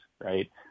right